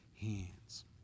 hands